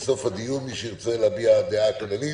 בסוף הדיון מי שירצה להביע דעה כללית